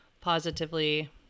positively